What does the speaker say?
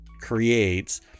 creates